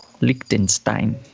Liechtenstein